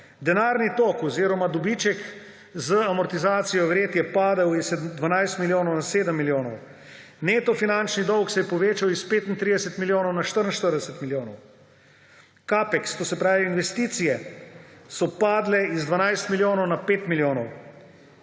Denarni tok oziroma dobiček z amortizacijo vred je padel z 12 milijonov na 7 milijonov, neto finančni dolg se je povečal s 35 milijonov na 44 milijonov, CapEx, to se pravi investicije so padle z 12 na 5 milijonov,